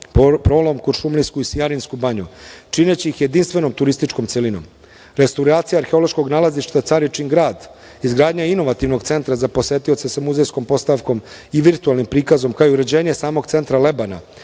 Prolom, Kušumlijsku, Sijarinsku banju čineći ih jedinstvenom turističko celinom. Restauracija arheološkog nalazišta „Caričin grad“, izgradnja inovativnog centra za posetioce sa muzejskom postavkom i virtuelnim prikazom, kao i uređenje samog centra Lebana